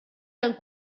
del